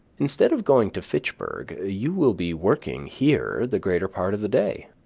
instead of going to fitchburg, you will be working here the greater part of the day.